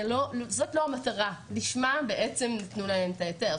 זו לא המטרה שלשמה למעשה נתנו להם את ההיתר.